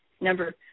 number